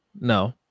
No